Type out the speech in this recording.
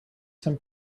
some